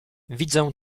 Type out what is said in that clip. widzę